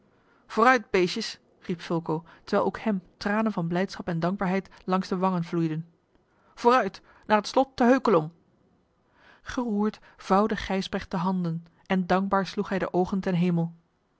vooruit beestjes riep fulco terwijl ook hem tranen van blijdschap en dankbaarheid langs de wangen vloeiden vooruit naar het slot te heukelom geroerd vouwde gijsbrecht de handen en dankbaar sloeg hij de oogen ten hemel